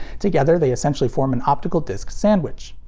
together, they essentially form an optical disc sandwich.